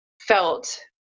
felt